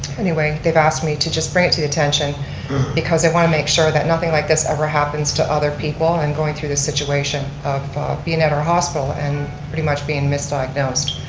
anyway, they've asked me to just bring it to the attention because they want to make sure that nothing like this ever happens to other people in going through this situation of being at our hospital and pretty much being misdiagnoses,